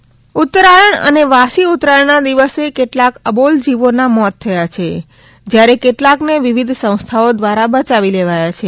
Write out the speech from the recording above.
ઉત્તરાયણ ઉત્તરાયણ અને વાસી ઉત્તરાયણના દિવસે કેટલાક અબોલ જીવોના મોત થયાં છે જયારે કેટલાકને વિવિધ સંસ્થાઓ દ્વારા બયાવી લેવાયા છે